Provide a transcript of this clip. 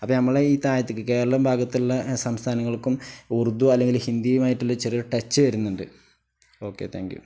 അപ്പം നമ്മളെ ഈ താഴത്തേക്ക് കേരളം ഭാഗത്തുള്ള സംസ്ഥാനങ്ങൾക്കും ഉർദു അല്ലെങ്കിൽ ഹിന്ദിയുമായിട്ടുള്ള ചെറിയ ടച്ച് വരുന്നുണ്ട് ഓക്കെ താങ്ക് യു